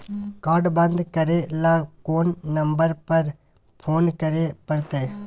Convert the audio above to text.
Card बन्द करे ल कोन नंबर पर फोन करे परतै?